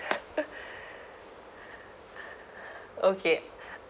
okay